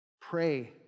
Pray